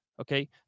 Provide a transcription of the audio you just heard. Okay